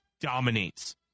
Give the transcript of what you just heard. dominates